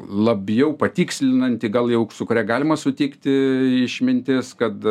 labiau patikslinanti gal jau su kuria galima sutikti išmintis kad